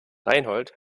reinhold